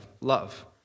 love